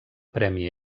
premi